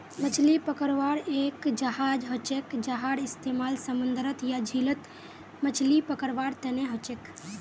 मछली पकड़वार एक जहाज हछेक जहार इस्तेमाल समूंदरत या झीलत मछली पकड़वार तने हछेक